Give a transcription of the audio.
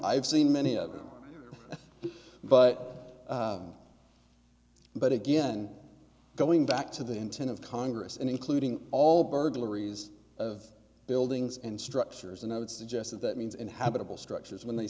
have seen many of them but but again going back to the intent of congress and including all burglaries of buildings and structures and i would suggest that that means inhabitable structures when they